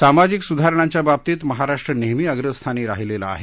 सामाजिक सुधारणांच्या बाबतीत महाराष्ट्र नेहमी अग्रस्थानी राहिलेला आहे